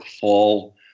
fall